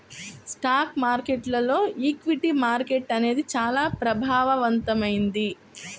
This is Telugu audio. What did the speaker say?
స్టాక్ మార్కెట్టులో ఈక్విటీ మార్కెట్టు అనేది చానా ప్రభావవంతమైంది